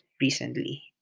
recently